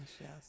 yes